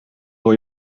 door